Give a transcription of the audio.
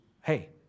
hey